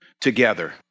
together